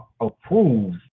approved